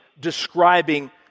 describing